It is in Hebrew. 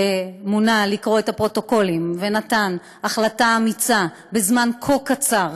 שמונה לקרוא את הפרוטוקולים ונתן החלטה אמיצה בזמן כה קצר,